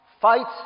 Fight